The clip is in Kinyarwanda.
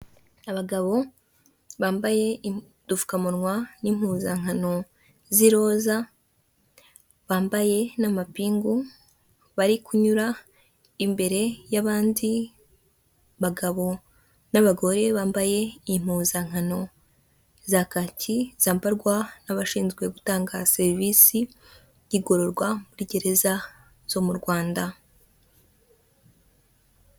Abagabo bambaye udupfukamunwa n'impuzankano z'iroza bambaye n'amapingu bari kunyura imbere y'abandi bagabo n'abagore bambaye impuzankano za kaki zambarwa n'abashinzwe gutanga serivisi z'igororwa muri gereza zo mu rwanda.